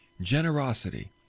Generosity